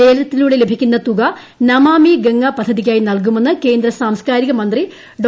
ലേലത്തിലൂടെ ലഭിക്കുന്ന തുക നമാമി ഗംഗാ പദ്ധതിയ്ക്കായി നൽകുമെന്ന് കേന്ദ്ര സാസ്കാരിക മന്ത്രി ഡോ